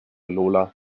lola